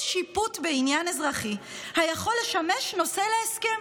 שיפוט בעניין אזרחי היכול לשמש נושא להסכם.